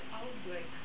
outbreak